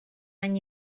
any